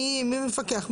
מי מפקח?